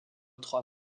trois